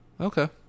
Okay